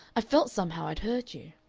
i felt somehow i'd hurt you.